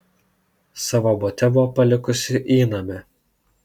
savo bute buvo palikusi įnamę